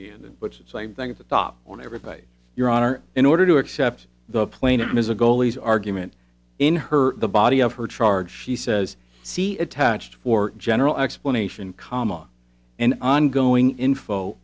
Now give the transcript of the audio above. end and puts it same thing at the top on every page your honor in order to accept the plaintiff is a goalie's argument in her the body of her charge she says see attached for general explanation comma and ongoing info